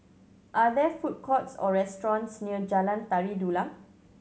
are there food courts or restaurants near Jalan Tari Dulang